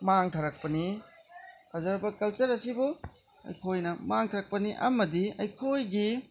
ꯃꯥꯡꯊꯔꯛꯄꯅꯤ ꯐꯖꯔꯕ ꯀꯜꯆꯔ ꯑꯁꯤꯕꯨ ꯑꯩꯈꯣꯏꯅ ꯃꯥꯡꯊꯔꯛꯄꯅꯤ ꯑꯃꯗꯤ ꯑꯩꯈꯣꯏꯒꯤ